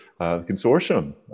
consortium